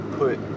put